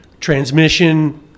transmission